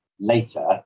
later